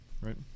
Right